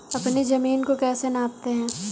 अपनी जमीन को कैसे नापते हैं?